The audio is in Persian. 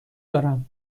دارم